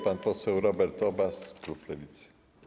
Pan poseł Robert Obaz, klub Lewicy.